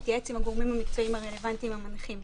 להתייעץ עם הגורמים המקצועיים הרלוונטיים המנחים.